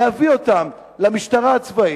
להביא אותן למשטרה הצבאית,